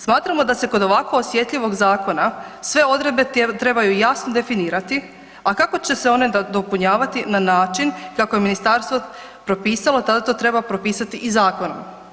Smatramo da se kod ovako osjetljivog zakona sve odredbe trebaju jasno definirati, a kako će se one dopunjavati, kako je ministarstvo propisalo, tada to treba propisati i zakonom.